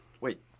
Wait